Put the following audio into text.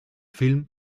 film